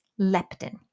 leptin